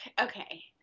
Okay